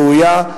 ראויה,